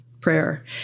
Prayer